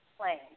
playing